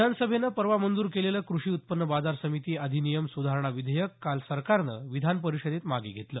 विधानसभेनं परवा मंजूर केलेलं कृषी उत्पन्न बाजार समिती अधिनियम सुधारणा विधेयक काल सरकारनं विधान परिषदेत मागे घेतलं